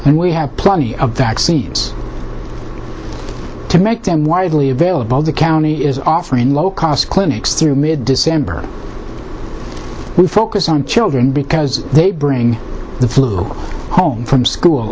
and we have plenty of vaccines to make them widely available the county is offering low cost clinics through mid december we focus on children because they bring the flu home from school